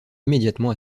immédiatement